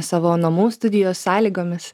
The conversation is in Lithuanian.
savo namų studijos sąlygomis